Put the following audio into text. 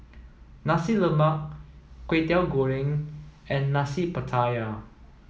Nasi Lemak Kway Teow Goreng and Nasi Pattaya